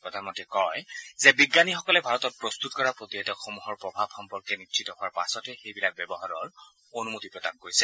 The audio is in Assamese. শ্ৰীমোদীয়ে কয় যে বিজ্ঞানীসকলে ভাৰতত প্ৰস্তুত কৰা প্ৰতিষেধকসমূহৰ প্ৰভাৱ সম্পৰ্কে নিশ্চিত হোৱাৰ পাছতহে সেইবিলাক ব্যৱহাৰৰ অনুমতি প্ৰদান কৰিছে